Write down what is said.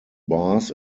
bars